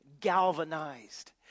galvanized